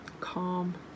calm